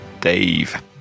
Dave